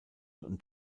und